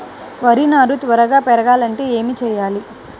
వరి నారు త్వరగా పెరగాలంటే ఏమి చెయ్యాలి?